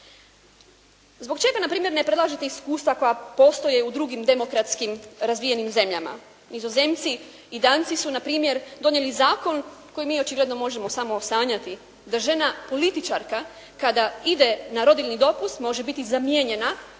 Zbog čega na primjer ne predlažete iskustva koja postoje u drugim demokratskim, razvijenim zemljama. Nizozemci i Danci su na primjer donijeli zakon koji mi očigledno možemo samo sanjati, da žena političarka kada ide na rodiljni dopust može biti zamijenjena